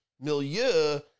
milieu